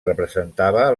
representava